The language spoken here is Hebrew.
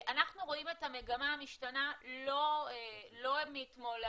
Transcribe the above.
אנחנו רואים את המגמה המשתנה לא מאתמול מהיום,